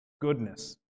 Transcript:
goodness